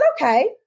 okay